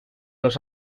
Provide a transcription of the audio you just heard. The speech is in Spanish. los